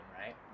right